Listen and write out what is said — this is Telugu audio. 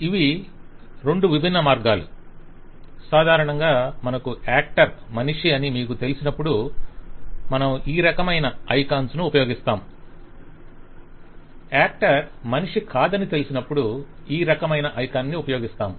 ఇవి రెండు విభిన్న మార్గాలు సాధారణంగా మనకు యాక్టర్ మనిషి అని మీకు తెలిసినప్పుడు మనం ఈ రకమైన ఐకాన్ ను ఉపయోగిస్తాo యాక్టర్ మనిషి కాదని తెలిసినప్పుడు ఈ రకమైన ఐకాన్ను ఉపయోగిస్తాo